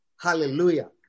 Hallelujah